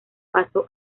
paso